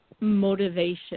motivation